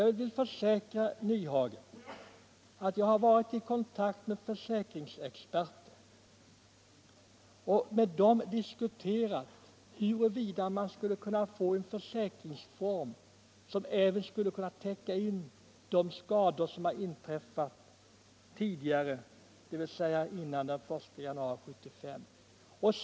Jag har, herr Nyhage, varit i kontakt med försäkringsexperter och med dem diskuterat huruvida man skulle kunna få en försäkringsform som även täckte in de skador som har inträffat före den 1 januari 1975.